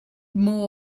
more